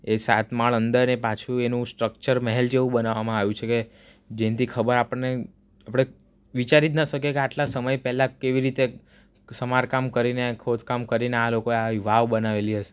એ સાત માળ અંદર અને પાછું એનું સ્ટ્રક્ચર મહેલ જેવું બનાવવામાં આવ્યું છે કે જેનાથી ખબર આપણને આપણે વિચારી જ ના શકીએ કે આટલા સમય પહેલાં કેવી રીતે સમારકામ કરીને ખોદકામ કરીને આ લોકોએ આવી વાવ બનાવેલી હશે